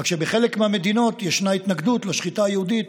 רק שבחלק מהמדינות ישנה התנגדות לשחיטה היהודית,